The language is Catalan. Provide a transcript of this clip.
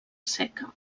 seca